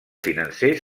financers